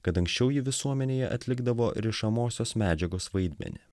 kad anksčiau ji visuomenėje atlikdavo rišamosios medžiagos vaidmenį